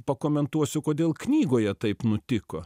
pakomentuosiu kodėl knygoje taip nutiko